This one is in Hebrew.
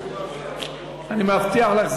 אני מבטיח לך,